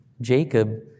Jacob